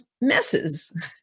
messes